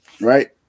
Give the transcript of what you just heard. Right